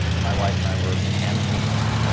my wife and i were hand painting it,